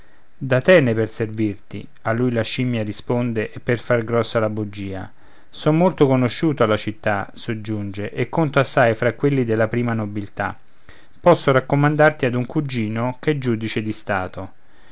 avvia d atene per servirti a lui la scimia risponde e per far grossa la bugia son molto conosciuto alla città soggiunge e conto assai fra quelli della prima nobiltà posso raccomandarti ad un cugino ch'è giudice di stato